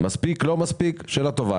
אם מספיק או לא מספיק זו שאלה טובה.